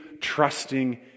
trusting